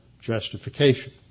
justification